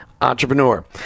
Entrepreneur